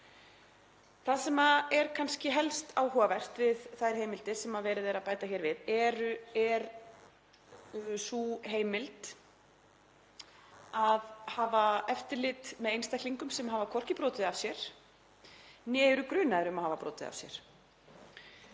Það sem er kannski helst áhugavert við þær heimildir sem verið er að bæta hér við er heimild til að hafa eftirlit með einstaklingum sem hafa hvorki brotið af sér né eru grunaðir um að hafa brotið af sér.